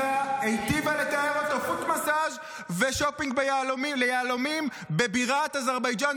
היטיבה לתאר אותו: פוט מסאז' ושופינג ליהלומים בבירת אזרבייג'ן,